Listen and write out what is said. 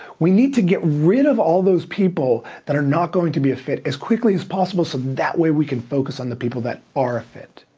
we need to get rid of all those people that are not going to be a fit as quickly as possible so that way we can focus on the people that are a fit.